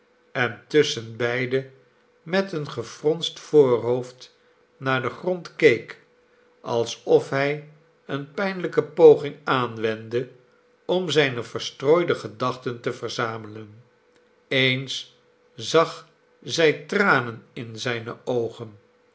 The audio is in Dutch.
en tusschenbeide met een gefronst voorhoofd naar den grond keek alsof hij eene pijnlijke poging aanwendde om zijne verstrooide gedachten te verzamelen eens zag zij tranen in zijne oogen